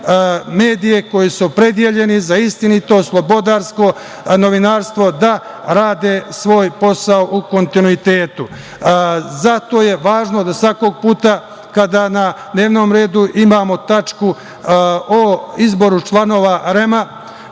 medije koji su opredeljeni za istinito, slobodarsko novinarstvo, da rade svoj posao u kontinuitetu. Zato je važno da svakog puta kada na dnevnom redu imamo tačku o izboru članova REM-a